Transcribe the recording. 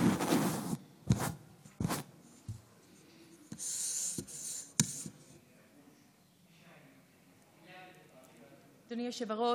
אדוני היושב-ראש,